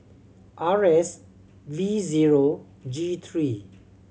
R S V zero G three